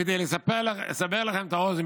כדי לסבר לכם את האוזן,